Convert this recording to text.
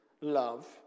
love